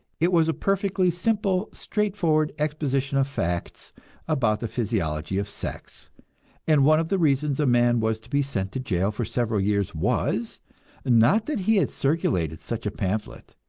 it was a perfectly simple, straightforward exposition of facts about the physiology of sex and one of the reasons a man was to be sent to jail for several years was not that he had circulated such a pamphlet,